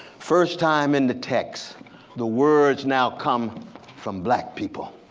first time in the text the words now come from black people.